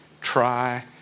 try